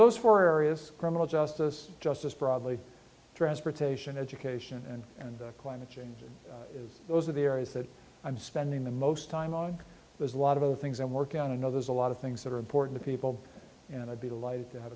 those four areas criminal justice justice broadly transportation education and climate change those are the areas that i'm spending the most time on there's a lot of the things that work and know there's a lot of things that are important to people and i'd be delighted to have